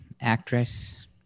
actress